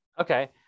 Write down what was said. Okay